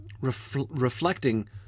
reflecting